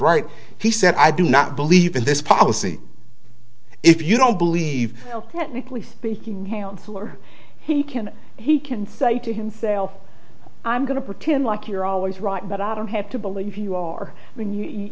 right he said i do not believe in this policy if you don't believe me please speaking on the floor he can he can say to himself i'm going to pretend like you're always right but i don't have to believe you are when you you